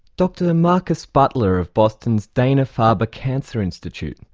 dr marcus butler of boston's dana-farber cancer institute.